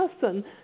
person